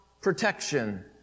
protection